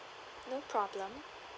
no problem